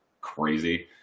crazy